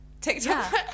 TikTok